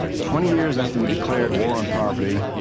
twenty years after we declared war on poverty,